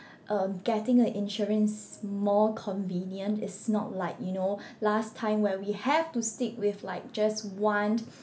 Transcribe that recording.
um getting a insurance is more convenient it's not like you know last time where we have to stick with like just one